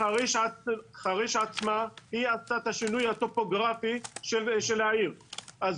חריש עצמה עשתה את השינוי הטופוגרפי של העיר אז